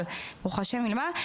ברוך השם מלמעלה,